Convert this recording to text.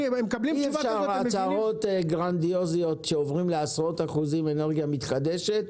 אי אפשר הצהרות גרנדיוזיות כשעוברים לעשרות אחוזים אנרגיה מתחדשת,